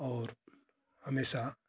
और हमेशा